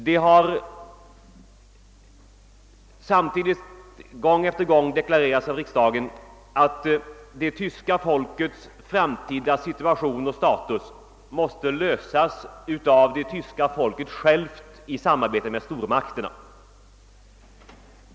Det har också gång på gång deklarerats av riksdagen att tyska folkets framtida situation och status måste lösas av det tyska folket självt i samband med stormakterna.